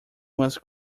must